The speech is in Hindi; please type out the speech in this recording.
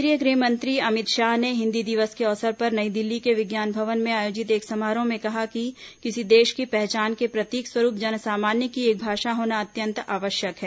केंद्रीय गृहमंत्री अमित शाह ने हिन्दी दिवस के अवसर पर नई दिल्ली के विज्ञान भवन में आयोजित एक समारोह में कहा कि किसी देश की पहचान के प्रतीक स्वरूप जनसामान्य की एक भाषा होना अत्यंत आवश्यक है